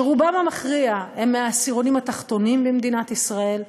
רובם המכריע הם מהעשירונים התחתונים במדינת ישראל,